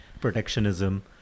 protectionism